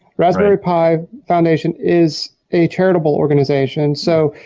raspberry pi foundation is a charitable organization. so